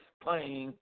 playing